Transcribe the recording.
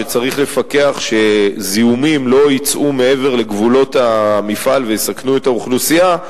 שצריך לפקח שזיהומים לא יצאו מעבר לגבולות המפעל ויסכנו את האוכלוסייה,